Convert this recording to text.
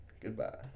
Goodbye